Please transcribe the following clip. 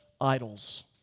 idols